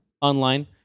Online